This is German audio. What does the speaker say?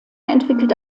entwickelt